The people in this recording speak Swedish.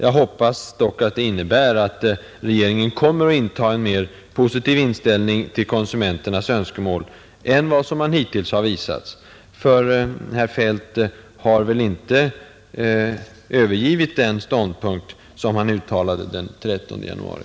Jag hoppas dock att det innebär att regeringen kommer att inta en mera positiv inställning till konsumenternas önskemål än vad som hittills har visats — för herr Feldt har väl inte övergivit den ståndpunkt som han gav uttryck för den 13 januari?